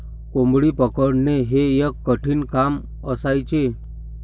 कोंबडी पकडणे हे एक कठीण काम असायचे